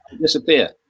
disappear